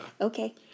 Okay